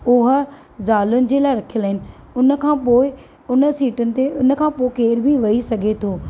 उहा ज़ालुनि जे लाइ रखियल आहिनि उन खां पोइ हुन सीटुनि ते उन खां पोइ केरु बि वेही सघे थो